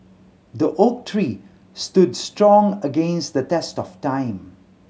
the oak tree stood strong against the test of time